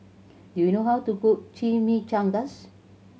do you know how to cook Chimichangas